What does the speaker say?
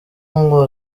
ngo